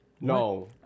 No